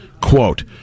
Quote